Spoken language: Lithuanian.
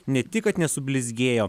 ne tik kad nesublizgėjo